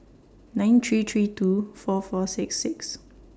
nine three three two four four six six